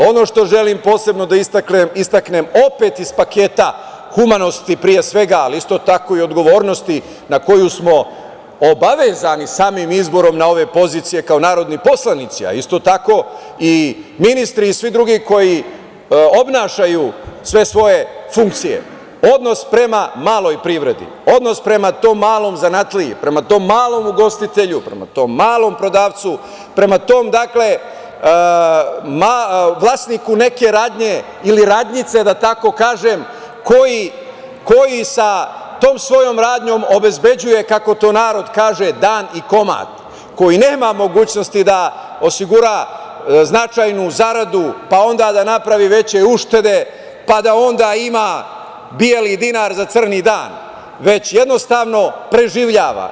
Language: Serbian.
Ono što želim posebno da istaknem opet iz paketa humanosti, ali isto tako i odgovornosti na koju smo obavezani samim izborom na ove pozicije kao narodni poslanici, a isto tako i ministri i svi drugi koji obavljaju sve svoje funkcije, odnos prema maloj privredi, odnos prema tom malom zanatliji, prema tom malom ugostitelju, prema tom malom prodavcu, prema tom vlasniku neke radnje ili radnjice, da tako kažem, koji sa tom svojom radnjom obezbeđuje, kako to narod kaže, dan i komad, koji nema mogućnosti da osigura značajnu zaradu, pa onda da napravi veće uštede, pa da onda ima beli dinar za crni dan, već jednostavno preživljava.